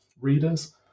readers